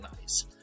nice